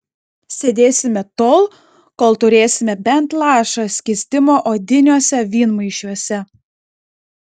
sėdėsime tol kol turėsime bent lašą skystimo odiniuose vynmaišiuose